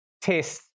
test